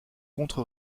contre